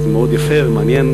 הוא מאוד יפה ומעניין,